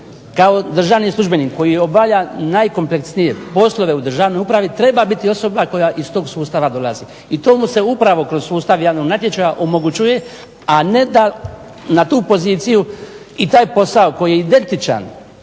kao državni službenik obavlja najkompleksnije poslove u državnoj upravi treba biti osoba koja iz tog sustava dolazi i to mu se upravo kroz sustav javnog natječaja omogućuje a ne da na tu poziciju i taj posao koji je identičan